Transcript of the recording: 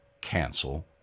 cancel